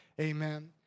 Amen